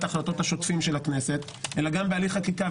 החלטות השוטפים של הכנסת אלא גם בהליך חקיקה.